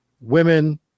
Women